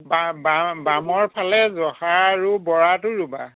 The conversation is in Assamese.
বা বা বামৰ ফালে জহা আৰু বৰাটো ৰুবা